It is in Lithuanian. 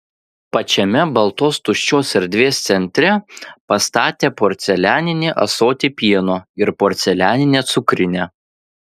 pačiame baltos tuščios erdvės centre pastatė porcelianinį ąsotį pieno ir porcelianinę cukrinę